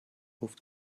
گفت